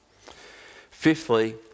fifthly